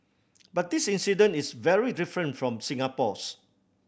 but this incident is very different from Singapore's